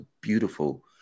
beautiful